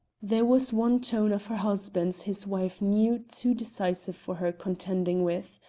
there was one tone of her husband's his wife knew too decisive for her contending with,